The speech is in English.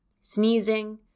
sneezing